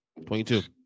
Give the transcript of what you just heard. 22